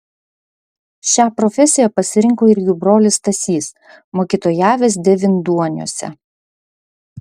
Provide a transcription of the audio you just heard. šią profesiją pasirinko ir jų brolis stasys mokytojavęs devynduoniuose